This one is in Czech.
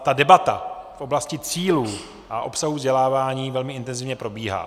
Ta debata v oblasti cílů a obsahu vzdělávání velmi intenzivně probíhá.